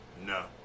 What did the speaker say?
No